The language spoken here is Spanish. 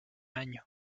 año